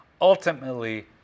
ultimately